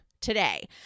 today